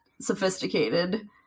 sophisticated